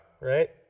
Right